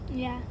ya